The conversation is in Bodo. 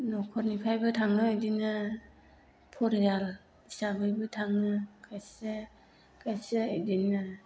न'खरनिफ्रायबो थाङो इदिनो फरियाल हिसाबैबो थाङो खायसे इदिनो